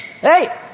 Hey